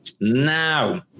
now